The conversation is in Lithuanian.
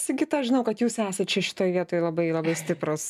sigita žinau kad jūs esat čia šitoj vietoj labai labai stiprus